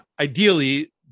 ideally